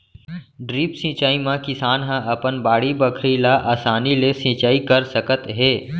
drip सिंचई म किसान ह अपन बाड़ी बखरी ल असानी ले सिंचई कर सकत हे